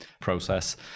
process